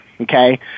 Okay